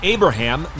Abraham